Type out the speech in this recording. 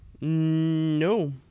no